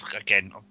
Again